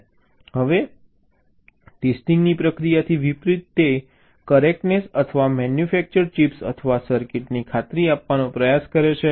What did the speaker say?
હવે ટેસ્ટિંગની પ્રક્રિયાથી વિપરીત તે કરેક્ટનેસ અથવા મેન્યુફેક્ચર્ડ ચિપ્સ અથવા સર્કિટની ખાતરી આપવાનો પ્રયાસ કરે છે